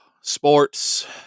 sports